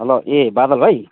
hello ए बादल भाइ